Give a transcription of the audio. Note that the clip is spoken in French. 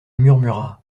murmura